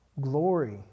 Glory